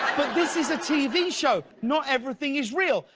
but this is a tv show. not everything is real.